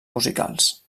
musicals